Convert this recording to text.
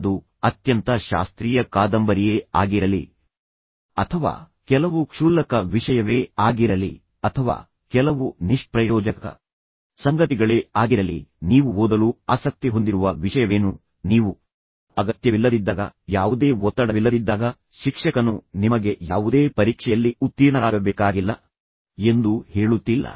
ಅದು ಅತ್ಯಂತ ಶಾಸ್ತ್ರೀಯ ಕಾದಂಬರಿಯೇ ಆಗಿರಲಿ ಅಥವಾ ಕೆಲವು ಕ್ಷುಲ್ಲಕ ವಿಷಯವೇ ಆಗಿರಲಿ ಅಥವಾ ಕೆಲವು ನಿಷ್ಪ್ರಯೋಜಕ ಸಂಗತಿಗಳೇ ಆಗಿರಲಿ ನೀವು ಓದಲು ಆಸಕ್ತಿ ಹೊಂದಿರುವ ವಿಷಯವೇನು ನೀವು ಅಗತ್ಯವಿಲ್ಲದಿದ್ದಾಗ ಯಾವುದೇ ಒತ್ತಡವಿಲ್ಲದಿದ್ದಾಗ ಶಿಕ್ಷಕನು ನಿಮಗೆ ಯಾವುದೇ ಪರೀಕ್ಷೆಯಲ್ಲಿ ಉತ್ತೀರ್ಣರಾಗಬೇಕಾಗಿಲ್ಲ ಎಂದು ಹೇಳುತ್ತಿಲ್ಲ